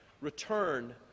return